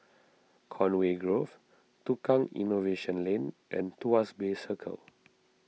Conway Grove Tukang Innovation Lane and Tuas Bay Circle